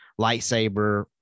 lightsaber